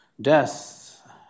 Death